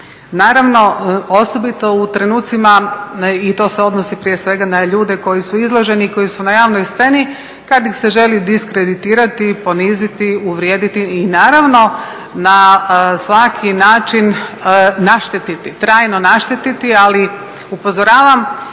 Naravno, osobito u trenucima i to se odnosi prije svega na ljude koji su izloženi, koji su na javnoj sceni. Kad ih se želi diskreditirati, poniziti, uvrijediti i naravno na svaki način naštetiti, trajno naštetiti. Ali upozoravam,